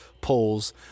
polls